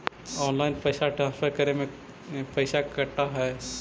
Online पैसा transfer करे में पैसा कटा है?